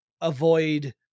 avoid